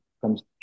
comes